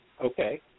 Okay